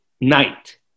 night